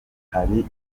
hari